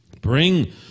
Bring